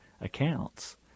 accounts